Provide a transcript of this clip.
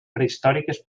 prehistòriques